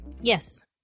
Yes